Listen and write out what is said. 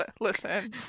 Listen